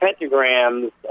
pentagrams